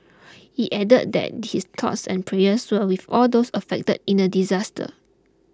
he added that his thoughts and prayers were with all those affected in the disaster